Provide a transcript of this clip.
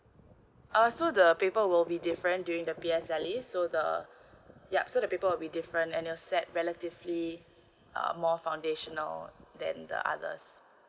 uh so the paper will be different during the P_S_L_E so the yup so the paper will be different and they'll set relatively are more foundational than the others